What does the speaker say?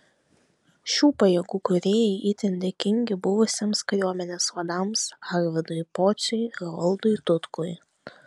šių pajėgų kūrėjai itin dėkingi buvusiems kariuomenės vadams arvydui pociui ir valdui tutkui